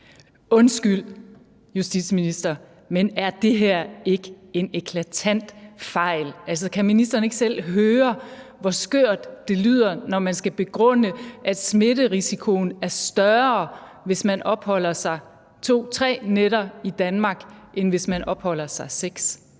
Undskyld, justitsminister, men er det her ikke en eklatant fejl? Altså, kan ministeren ikke selv høre, hvor skørt det lyder, når man skal begrunde, at smitterisikoen er større, hvis man opholder sig 2-3 nætter i Danmark, end hvis man opholder sig her